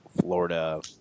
Florida